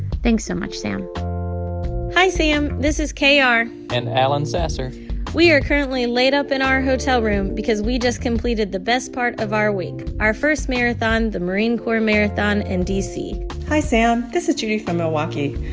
thanks so much, sam hi sam, this is k r. and alan sasser we are currently laid up in our hotel room because we just completed the best part of our week our first marathon, the marine corps marathon in d c hi, sam. this is judy from milwaukee.